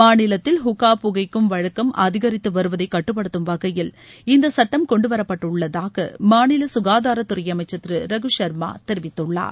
மாநிலத்தில் ஹுக்கா புகைக்கும் வழக்கம் அதிகரித்து வருவதை கட்டுப்படுத்தம் வகையில் இந்தச் சுட்டம் கொண்டுவரப்பட்டுள்ளதாக மாநில சுகாதாரத்துறை அமைச்சர் திரு ரகுசர்மா தெரிவித்துள்ளார்